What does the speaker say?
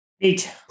Eight